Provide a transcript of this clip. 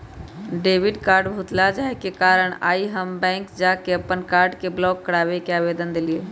debit card भुतला जाय के कारण आइ हम बैंक जा कऽ अप्पन कार्ड के ब्लॉक कराबे के आवेदन देलियइ